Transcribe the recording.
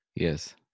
Yes